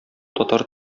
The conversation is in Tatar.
татар